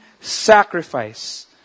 sacrifice